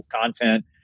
content